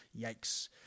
Yikes